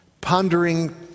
pondering